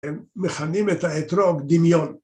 הם מכנים את האתרוג דמיון